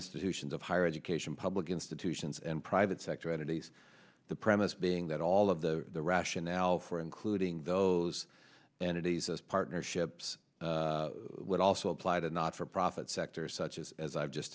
institutions of higher education public institutions and private sector entities the premise being that all of the rationale for including those and it isas partnerships would also apply to not for profit sector such as i've just